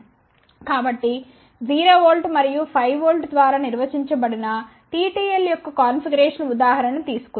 కాబట్టి 0 వోల్ట్ మరియు 5 వోల్ట్ ద్వారా నిర్వచించబడిన టిటిఎల్ యొక్క కాన్ఫిగరేషన్ ఉదాహరణ ను తీసుకుందాం